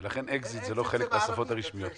ולכן אקזיט זה חלק מהשפות הרשמיות בכנסת.